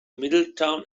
middletown